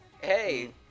hey